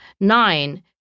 Nine